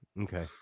Okay